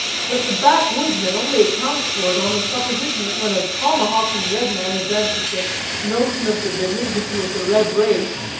that the backwoodsman only accounts for it on the supposition that when a tomahawking red-man advances the notion of the benignity of the red race,